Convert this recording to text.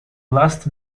last